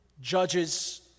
judges